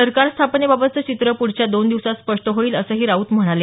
सरकार स्थापनेबाबतचं चित्र प्ढच्या दोन दिवसांत स्पष्ट होईल असंही राऊत म्हणाले